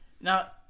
Now